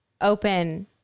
open